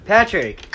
Patrick